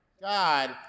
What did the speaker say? God